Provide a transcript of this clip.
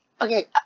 okay